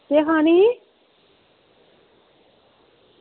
केह् खानी ही